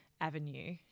avenue